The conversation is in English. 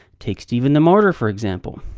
take stephen the martyr, for example.